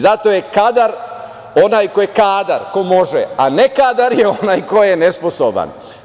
Zato je kadar onaj koji je kadar, ko može, a ne kadar je onaj koji je nesposoban.